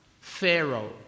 Pharaoh